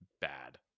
bad